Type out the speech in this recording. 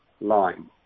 line